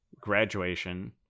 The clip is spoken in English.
graduation